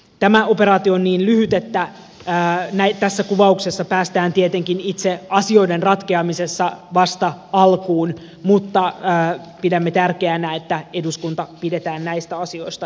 tämä operaatio on niin lyhyt että tässä kuvauksessa päästään tietenkin itse asioiden ratkeamisessa vasta alkuun mutta pidämme tärkeänä että eduskunta pidetään näistä asioista informoituna